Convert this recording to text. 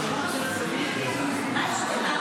אם כבר עלינו, אי-אפשר?